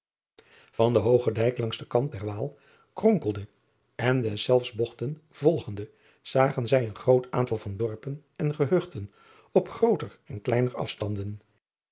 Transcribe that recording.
an den hoogen dijk langs den kant der aal kronkelende en deszelfs bogten volgende zagen zij een groot aantal van dorpen en gehuchten op grooter en kleiner afstanden